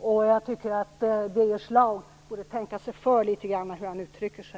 och jag tycker att Birger Schlaug borde tänka sig för litet grand hur han uttrycker sig.